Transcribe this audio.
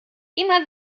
immer